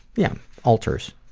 yeah, alters.